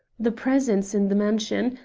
the presence in the mansion,